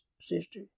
sister